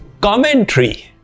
commentary